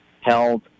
held